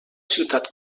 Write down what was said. ciutat